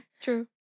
True